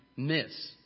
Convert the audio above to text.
Miss